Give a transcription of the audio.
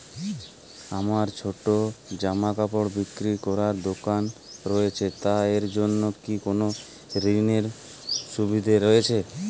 আমার ছোটো জামাকাপড় বিক্রি করার দোকান রয়েছে তা এর জন্য কি কোনো ঋণের সুবিধে রয়েছে?